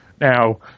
now